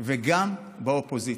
גם מהאופוזיציה.